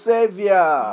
Savior